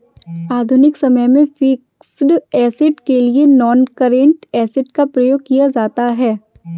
आधुनिक समय में फिक्स्ड ऐसेट के लिए नॉनकरेंट एसिड का प्रयोग किया जाता है